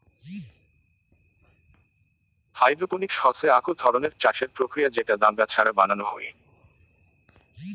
hydroponics হসে আক ধরণের চাষের প্রক্রিয়া যেটা দাঙ্গা ছাড়া বানানো হই